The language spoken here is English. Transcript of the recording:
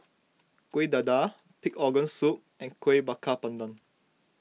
Kueh Dadar Pig Organ Soup and Kuih Bakar Pandan